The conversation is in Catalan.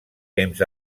temps